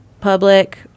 public